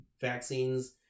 vaccines